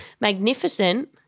magnificent